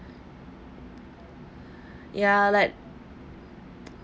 ya like